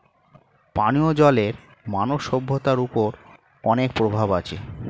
পানিও জলের মানব সভ্যতার ওপর অনেক প্রভাব আছে